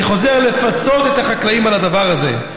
אני חוזר: לפצות את החקלאים על הדבר הזה,